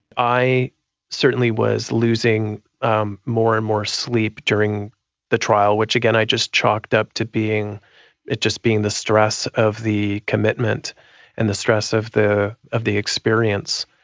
i certainly was losing um more and more sleep during the trial, which again i just chalked up to it just being the stress of the commitment and the stress of the of the experience.